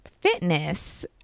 fitness